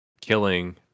killing